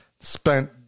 Spent